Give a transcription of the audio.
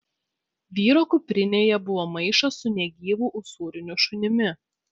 vyro kuprinėje buvo maišas su negyvu usūriniu šunimi